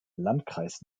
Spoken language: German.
landkreis